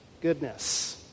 goodness